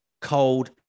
cold